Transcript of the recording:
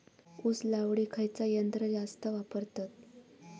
ऊस लावडीक खयचा यंत्र जास्त वापरतत?